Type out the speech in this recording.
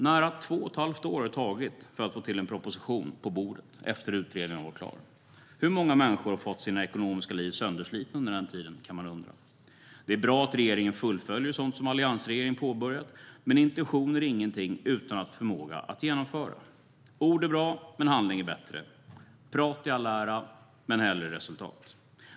Nära två och ett halvt har det tagit att få till en proposition på bordet efter det att utredningen var klar. Hur många människor har fått sina ekonomiska liv sönderslitna under den tiden? kan man undra. Det är bra att regeringen fullföljer sådant som alliansregeringen påbörjat, men intentioner är ingenting utan förmåga att genomföra. Ord är bra, men handling är bättre. Prat i all ära, men hellre resultat.